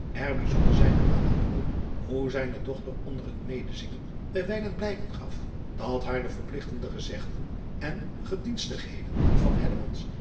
bijzonder zijne aandacht op hoe zijne dochter onder het medezingen bijwijlen blijken gaf dat haar de verpligtende gezegden en gedienstigheden van